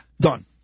Done